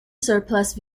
surplus